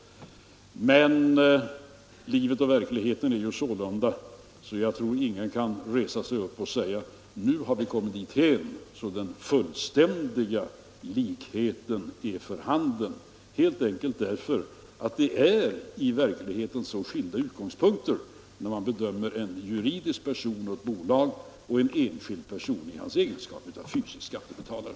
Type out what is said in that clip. Livet är emellertid sådant att jag tror att ingen kan resa sig upp och säga: ”Nu har vi kommit dithän att den fullständiga likheten är för handen”, helt enkelt därför att verkligheten ger så skilda utgångspunkter när man bedömer en juridisk person som ett bolag och en enskild person i hans egenskap av fysisk skattebetalare.